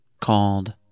called